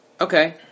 Okay